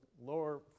lower